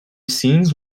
scenes